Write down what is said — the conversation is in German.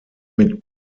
mit